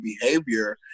behavior